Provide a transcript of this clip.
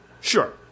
Sure